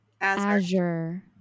Azure